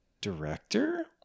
director